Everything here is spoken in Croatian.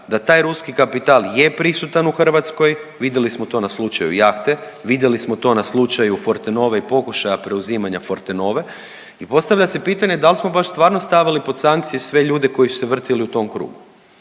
da taj ruski kapital je prisutan u Hrvatskoj, vidjeli smo to na slučaju jahte, vidjeli smo to na slučaju Fortenove i pokušaja preuzimanja Forte nove i postavlja se pitanje dal smo baš stvarno stavili pod sankcije sve ljude koji su se vrtili u tom krugu?